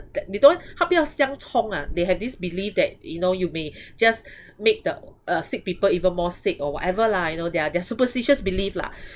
that they don't want 他不要相冲 ah they have this belief that you know you may just make the uh sick people even more sick or whatever lah you know their their superstitious belief lah